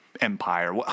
empire